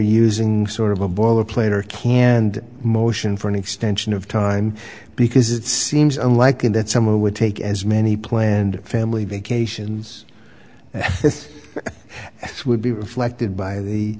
using sort of a boilerplate or canned motion for an extension of time because it seems unlikely that someone would take as many planned family vacations as would be reflected by the